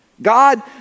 God